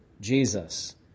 Jesus